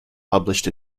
published